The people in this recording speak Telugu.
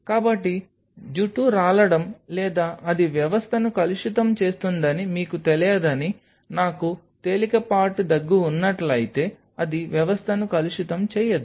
కాబట్టి జుట్టు రాలడం లేదా అది వ్యవస్థను కలుషితం చేస్తుందని మీకు తెలియదని నాకు తేలికపాటి దగ్గు ఉన్నట్లయితే అది వ్యవస్థను కలుషితం చేయదు